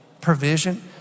provision